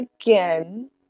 again